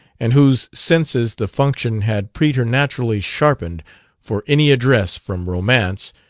and whose senses the function had preternaturally sharpened for any address from romance,